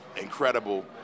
incredible